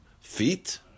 feet